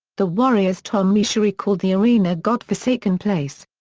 the warriors' tom meschery called the arena god-forsaken place.